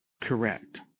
correct